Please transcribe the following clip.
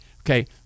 okay